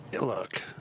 Look